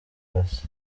arasa